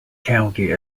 county